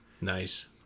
Nice